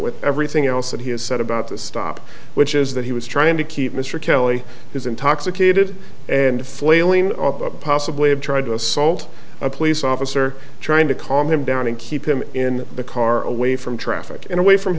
with everything else that he has said about the stop which is that he was trying to keep mr kelly his intoxicated and flailing possibly of trying to assault a police officer trying to calm him down and keep him in the car away from traffic and away from